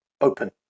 open